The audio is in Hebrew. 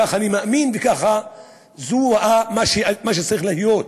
כך אני מאמין וזה מה שצריך להיות.